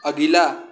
अगिला